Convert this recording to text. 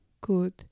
good